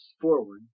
forward